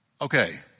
Okay